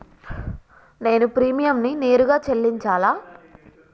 నేను ప్రీమియంని నేరుగా చెల్లించాలా?